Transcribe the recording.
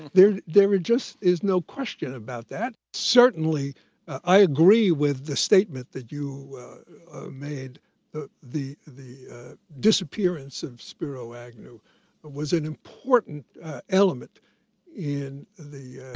there there just is no question about that. certainly i agree with the statement that you made the the the disappearance of spiro agnew was an important element in the